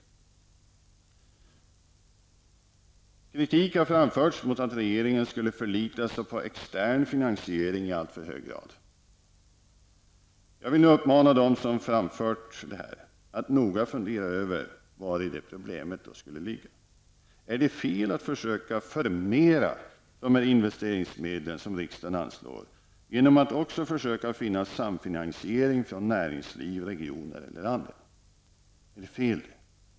Kritik har framförts mot att regeringen skulle förlita sig på extern finansiering i alltför hög grad. Jag vill uppmana dem som framfört denna kritik att noga fundera över vari problemet skulle ligga. Är det fel att försöka förmera de investeringsmedel som riksdagen anslår genom att också försöka finna samfinansiering från näringsliv, regioner eller andra?